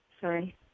Sorry